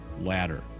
Ladder